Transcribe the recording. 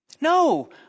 No